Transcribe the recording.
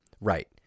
Right